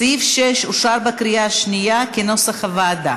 סעיף 6 אושר בקריאה שנייה, כנוסח הוועדה.